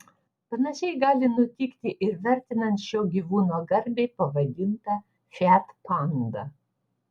panašiai gali nutikti ir vertinant šio gyvūno garbei pavadintą fiat pandą